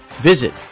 visit